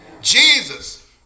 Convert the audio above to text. Jesus